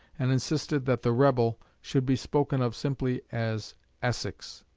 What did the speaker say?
and insisted that the rebel should be spoken of simply as essex.